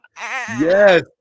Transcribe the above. Yes